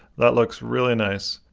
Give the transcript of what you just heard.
that looks really nice!